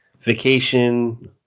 vacation